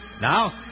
Now